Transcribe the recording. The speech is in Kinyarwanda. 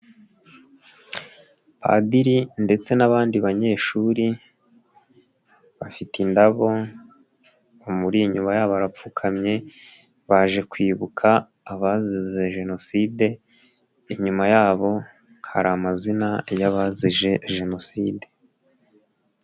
Padiri ndetse n'abandi banyeshuri, bafite indabo, bamuri inyuma yabo barapfukamye, baje kwibuka abazize Jenoside, inyuma yabo hari amazina y'abazize Jenoside.